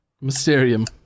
Mysterium